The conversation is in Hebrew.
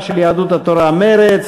של יהדות התורה ומרצ.